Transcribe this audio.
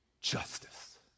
Justice